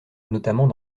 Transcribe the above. notamment